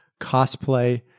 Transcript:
cosplay